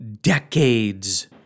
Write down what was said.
decades